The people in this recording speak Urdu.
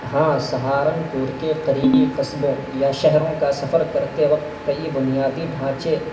ہاں سہارنپور کے قریبی قصبوں یا شہروں کا سفر کرتے وقت کئی بنیادی ڈھانچے